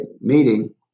meeting